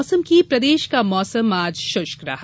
मौसम प्रदेश का मौसम आज शृष्क रहा